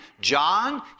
John